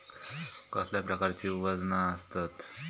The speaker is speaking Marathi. कसल्या प्रकारची वजना आसतत?